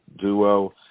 duo